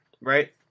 right